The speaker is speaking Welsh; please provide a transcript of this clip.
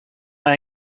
mae